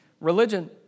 Religion